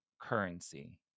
currency